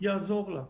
יעזור לה.